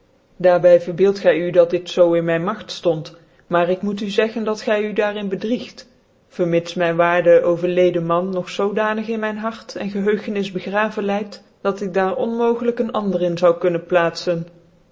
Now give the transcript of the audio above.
by verbeeld gy u dat dit zoo in mijn magt ftond maar ik moet u zeggen dat py u daar in bedriegt vermits mijn vaarde ovcrlcde man nog zoodanig in mijn hart en gehcugenis begraven leid dat ik daar onmogelijk een ander in zoude kunnen plaatfen